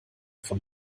von